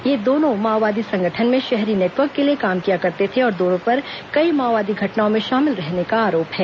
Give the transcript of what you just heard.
ये माओवादी संगठन में शहरी नेटवर्क के लिए काम किया करते थे और दोनों पर कई माओवादी घटनाओं में शामिल रहने का आरोप है